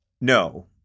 No